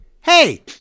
Hey